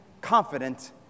confident